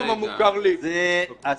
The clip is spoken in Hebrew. זה הסיכום,